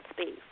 space